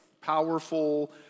powerful